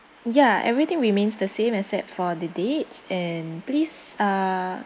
ya everything remains the same except for the dates and please uh